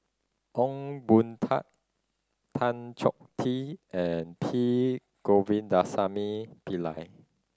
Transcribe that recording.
Ong Boon Tat Tan Choh Tee and P Govindasamy Pillai